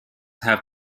have